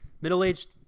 middle-aged